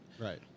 Right